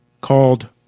called